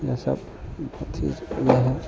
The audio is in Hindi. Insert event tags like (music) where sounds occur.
जैसा (unintelligible)